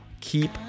keep